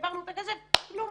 העברנו את הכסף כלום,